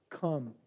come